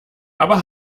aber